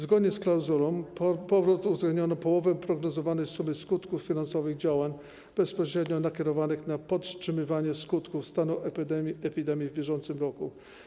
Zgodnie z klauzulą uwzględniono połowę prognozowanej sumy skutków finansowych działań bezpośrednio nakierowanych na powstrzymanie skutków stanu epidemii w bieżącym roku.